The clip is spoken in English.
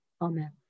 amen